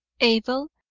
abel,